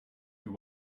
you